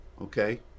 okay